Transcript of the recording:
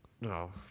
No